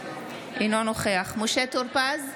אינו נוכח משה טור פז,